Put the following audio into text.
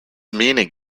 meaning